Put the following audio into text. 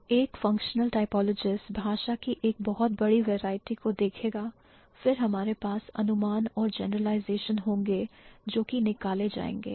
तो एक functional typologist भाषा की एक बहुत बड़ी वैरायटी को देखेगा फिर हमारे पास अनुमान और जनरलाइजेशनस होंगे जोकि निकाले जाएंगे